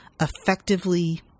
effectively